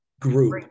group